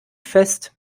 fest